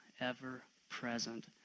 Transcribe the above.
ever-present